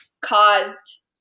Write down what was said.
caused